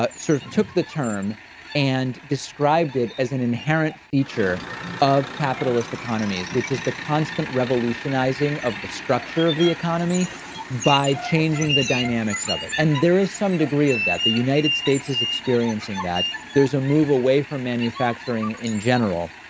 ah sort of took the term and described it as an inherent feature of capitalist economies, which is the constant revolutionizing of the structure of the economy by changing the dynamics of it and there is some degree of that. the united states is experiencing that there's a move away from manufacturing in general.